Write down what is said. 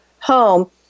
home